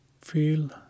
Feel